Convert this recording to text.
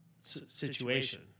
situation